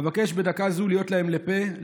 אבקש בדקה זו להיות להם לפה,